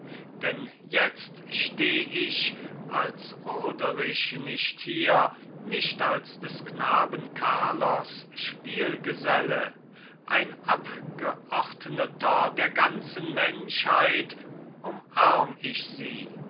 denn jetzt steh ich als roderich nicht hier nicht als des knaben carlos spielgeselle ein abgeordneter der ganzen menschheit umarm ich sie